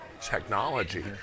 technology